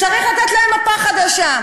צריך לתת להם מפה חדשה.